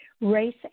race